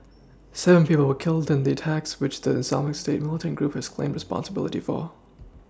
seven people were killed in the attacks which the islamic state militant group has claimed responsibility for